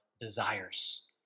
desires